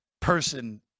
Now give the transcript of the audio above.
person